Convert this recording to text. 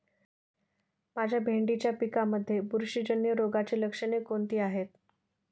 माझ्या भेंडीच्या पिकामध्ये बुरशीजन्य रोगाची लक्षणे कोणती आहेत?